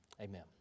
amen